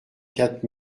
quatre